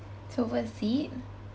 it's over the seat